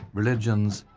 religions,